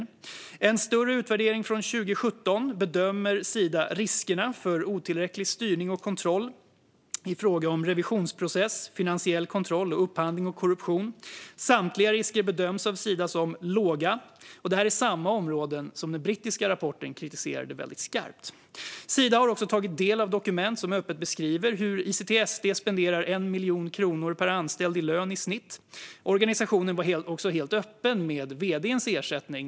I en större utvärdering från 2017 bedömer Sida riskerna för otillräcklig styrning och kontroll i fråga om revisionsprocess, finansiell kontroll samt upphandling och korruption. Samtliga risker bedöms av Sida som "låga". Detta är samma områden som den brittiska rapporten kritiserade väldigt skarpt. Sida har också tagit del av dokument som öppet beskriver hur ICTSD spenderar 1 miljon kronor per anställd i lön i snitt. Organisationen var också helt öppen med vd:ns ersättning.